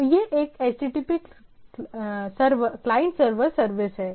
तो यह एक HTTP क्लाइंट सर्वर सर्विस है